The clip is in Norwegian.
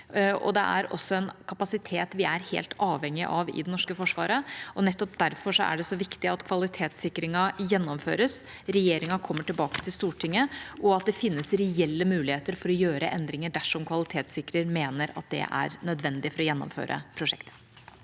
det er også en kapasitet vi er helt avhengig av i det norske forsvaret. Nettopp derfor er det så viktig at kvalitetssikringen gjennomføres, at regjeringa kommer tilbake til Stortinget, og at det finnes reelle muligheter for å gjøre endringer dersom kvalitetssikrer mener at det er nødvendig for å gjennomføre prosjektet.